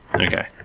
Okay